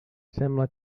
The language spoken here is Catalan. sembla